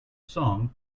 song